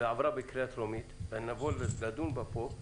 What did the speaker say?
ועברה בקריאה טרומית ונבוא לדון בה פה,